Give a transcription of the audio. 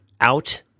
out